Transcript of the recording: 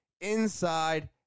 inside